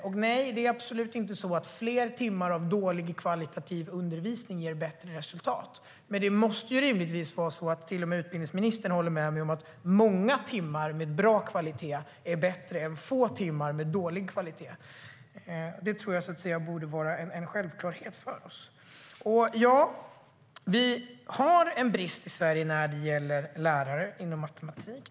Och det är absolut inte så att fler timmar av kvalitativt dålig undervisning ger bättre resultat, men det måste ju rimligtvis vara så att till och med utbildningsministern håller med mig om att många timmar med bra kvalitet är bättre än få timmar med dålig kvalitet. Det borde vara en självklarhet. Vi har brist på lärare i matematik i Sverige.